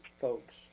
folks